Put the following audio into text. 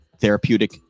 therapeutic